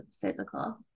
physical